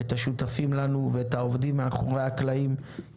את השותפים לנו ואת העובדים מאחור הקלעים.